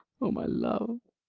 o my love!